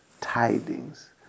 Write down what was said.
tidings